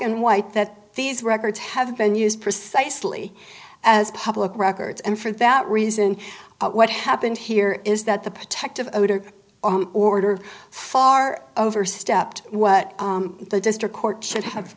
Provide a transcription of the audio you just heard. and white that these records have been used precisely as public records and for that reason what happened here is that the protective order far overstepped what the district court should have